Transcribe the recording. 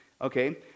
okay